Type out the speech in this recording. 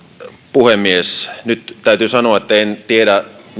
puhemies nyt täytyy sanoa että en tiedä